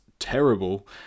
Terrible